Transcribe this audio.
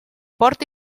porta